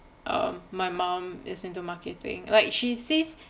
um my mom is into marketing like she says